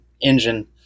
engine